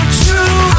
true